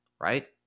right